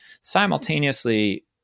simultaneously